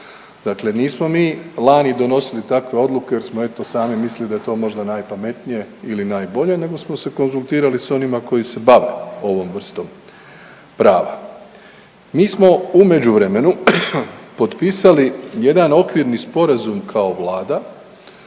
Dakle, nismo mi lani donosili takve odluke jer smo eto sami mislili da je to možda najkamenitije ili najbolje nego smo se konzultirali s onima koji se bave ovom vrstom prava. Mi smo u međuvremenu potpisali jedan okvirni sporazum kao vlada